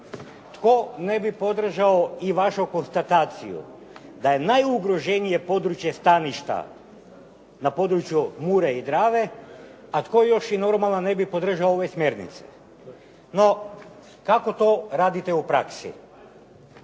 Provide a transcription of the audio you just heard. Tko ne bi podržao i vašu konstataciju da je najugroženije područje staništa na područje Mure i Drave, a tko još i normalan ne bi podržao ove smjernice? No kako to radite u praksi?